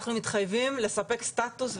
אנחנו מתחייבים לספק סטטוס,